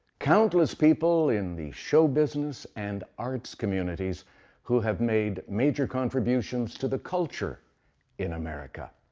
countless people in the show business and arts communities who have made major contributions to the culture in america.